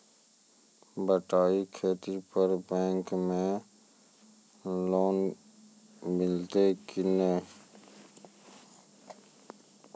बटाई खेती पर बैंक मे लोन मिलतै कि नैय?